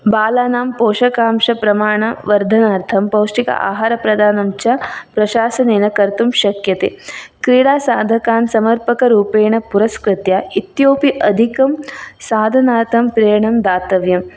बालाणं पोषकांशप्रमाणवर्धनार्थं पौष्टिक आहारप्रदानं च प्रशासनेन कर्तुं शक्यते क्रीडासाधकान् समर्पकरूपेण पुरस्कृत्य इतोऽपि अधिकं साधनार्थं प्रेरणं दातव्यं